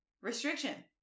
restriction